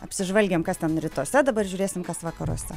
apsižvalgėm kas ten rytuose dabar žiūrėsim kas vakaruose